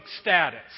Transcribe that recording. status